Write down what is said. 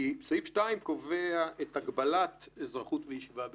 כי סעיף 2 קובע את הגבלת אזרחות וישיבה בישראל.